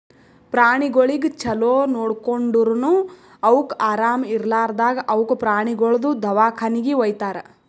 ಪ್ರಾಣಿಗೊಳಿಗ್ ಛಲೋ ನೋಡ್ಕೊಂಡುರನು ಅವುಕ್ ಆರಾಮ ಇರ್ಲಾರ್ದಾಗ್ ಅವುಕ ಪ್ರಾಣಿಗೊಳ್ದು ದವಾಖಾನಿಗಿ ವೈತಾರ್